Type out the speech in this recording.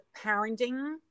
parenting